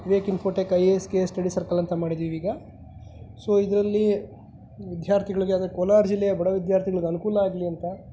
Vivek Infotech I A S K A S study circle ಅಂತ ಮಾಡಿದ್ದೀವಿ ಈಗ ಸೋ ಇದರಲ್ಲಿ ವಿದ್ಯಾರ್ಥಿಗಳಿಗೆ ಅದೂ ಕೋಲಾರ ಜಿಲ್ಲೆಯ ಬಡ ವಿದ್ಯಾರ್ಥಿಗಳಿಗೆ ಅನುಕೂಲ ಆಗಲಿ ಅಂತ